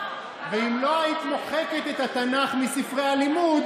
ואם לא היית מוחקת את התנ"ך מספרי הלימוד,